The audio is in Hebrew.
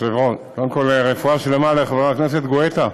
קודם כול, רפואה שלמה לחבר הכנסת גואטה.